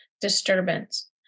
disturbance